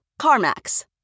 CarMax